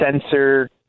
sensor